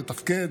לתפקד,